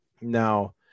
Now